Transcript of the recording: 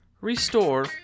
Restore